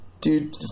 dude